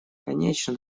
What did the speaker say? конечно